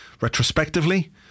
Retrospectively